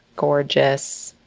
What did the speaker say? gorgeous,